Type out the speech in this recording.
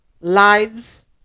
Lives